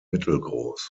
mittelgroß